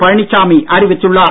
பழனிசாமி அறிவித்துள்ளார்